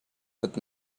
that